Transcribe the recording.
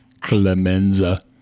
Clemenza